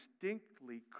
distinctly